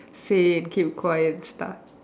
say keep quiet and stuff